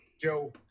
Joe